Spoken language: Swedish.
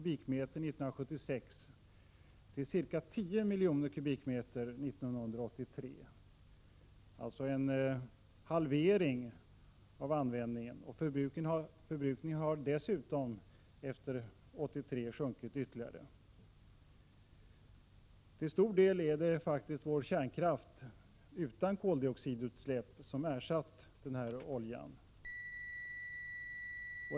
1976 till ca 10 miljoner m? 1983, alltså en halvering. Förbrukningen har dessutom efter 1983 sjunkit ytterligare. Till stor del är det vår kärnkraft utan koldioxidutsläpp som ersatt denna olja.